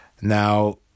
Now